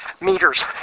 meters